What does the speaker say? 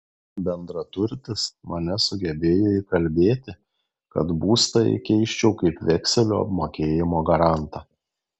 bendraturtis mane sugebėjo įkalbėti kad būstą įkeisčiau kaip vekselių apmokėjimo garantą